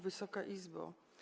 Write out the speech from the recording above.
Wysoka Izbo!